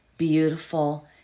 Beautiful